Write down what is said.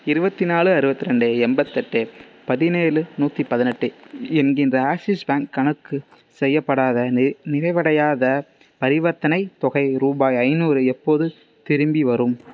இருபத்தி நாலு அறுபத்தி ரெண்டு எண்பத்தெட்டு பதினேழு நூற்றி பதினெட்டு என்கின்ற ஆக்ஸிஸ் பேங்க் கணக்கு செய்யப்படாத நிறைவடையாத பரிவர்த்தனைத் தொகை ரூபாய் ஐநூறு எப்போது திரும்பிவரும்